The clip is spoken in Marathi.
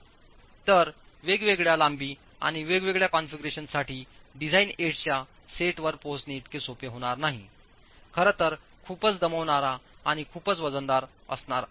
तर वेगवेगळ्या लांबी आणि वेगवेगळ्या कॉन्फिगरेशनसाठी डिझाइन एड्सच्या सेटवर पोहोचणे इतके सोपे होणार नाही खरं तर खूपच दमवणारा आणि खूपच वजनदार असणार आहे